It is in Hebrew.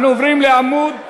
אנחנו עוברים לעמוד 1333,